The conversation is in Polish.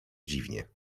dziwnie